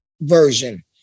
version